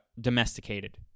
domesticated